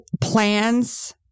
plans